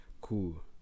cool